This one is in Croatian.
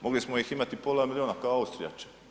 Mogli smo ih imati pola milijuna kao Austrija.